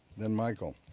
then michael.